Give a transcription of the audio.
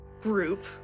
group